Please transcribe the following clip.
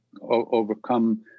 overcome